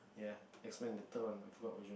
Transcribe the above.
ya X-Men the third one ah I forgot which